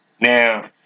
Now